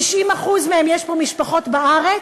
ל-90% מהם יש משפחות פה בארץ,